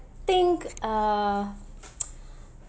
think uh